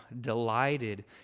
delighted